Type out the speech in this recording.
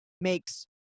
makes